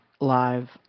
live